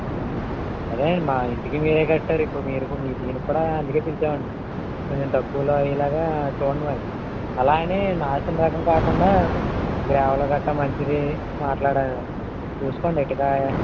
అదేనండి మా ఇంటికి మీరే కట్టారు ఇప్పుడు మీరు దీనికి కూడా అందుకే పిలిచామండి కొంచెం తక్కువలో అయ్యేలాగా చూడండి మరి అలాగని నాసి రకం కాకుండా గృహాలు గట్రా మంచిది మాట్లాడి చూసుకోండి ఇటక